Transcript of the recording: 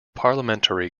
parliamentary